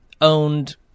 owned